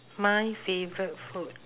my favourite food